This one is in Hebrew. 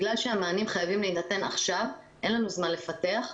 בגלל שהמענה חייב להינתן עכשיו, אין לנו זמן לפתח.